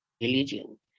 religion